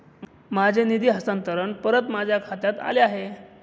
माझे निधी हस्तांतरण परत माझ्या खात्यात आले आहे